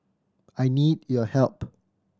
I need your help